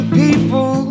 people